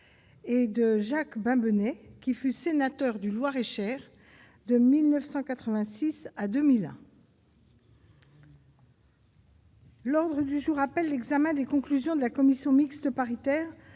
et Jacques Bimbenet, qui fut sénateur de Loir-et-Cher de 1986 à 2001. L'ordre du jour appelle l'examen des conclusions de la commission mixte paritaire